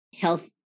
health